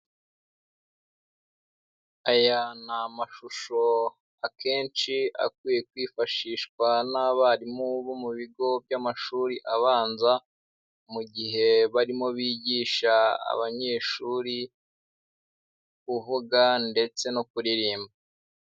Aya ni amashusho akenshi akwiye kwifashishwa n'abarimu bo mu bigo by'amashuri abanza mu gihe barimo bigisha abanyeshuri kuvuga ndetse no kuririmba.